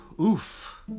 Oof